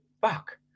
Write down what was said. fuck